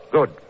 Good